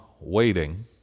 waiting